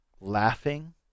laughing